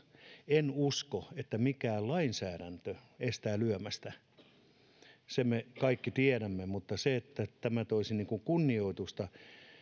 en usko että mikään lainsäädäntö estää lyömästä sen me kaikki tiedämme mutta tämä toisi kunnioitusta